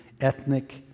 ethnic